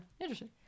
Interesting